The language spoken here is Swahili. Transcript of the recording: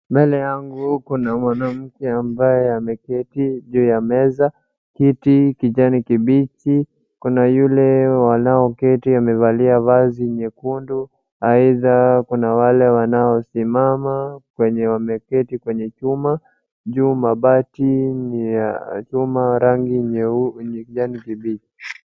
Mbele yangu kuna mwanamke ambaye ameketi juu ya meza, kiti kijani kibichi. Kuna yule wanaoketi amevalia vazi jekundu, aidha, kuna wale wanaosimama kwenye wameketi kwenye chuma. Juu mabati ni ya chuma, rangi ni kijani kibichi.